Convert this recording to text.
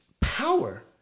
power